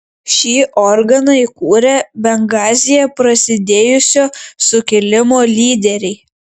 šį organą įkūrė bengazyje prasidėjusio sukilimo lyderiai